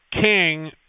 King